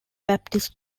baptist